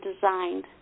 designed